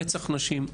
רצח נשים,